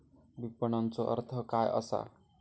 विपणनचो अर्थ काय असा?